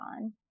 on